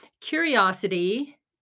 Curiosity